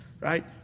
right